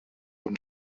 from